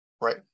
Right